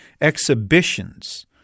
exhibitions